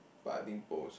but I think boast ah